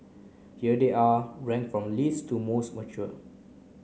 here they are ranked from least to most mature